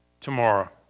Tomorrow